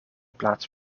plaats